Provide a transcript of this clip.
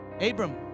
Abram